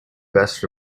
best